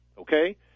Okay